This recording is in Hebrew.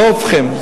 לא הופכים,